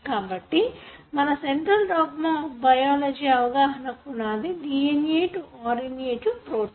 కాబట్టి మన central dogma of biology అవగాహనకు పునాది DNA to RNA to protein